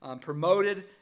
promoted